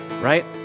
right